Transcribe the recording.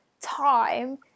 time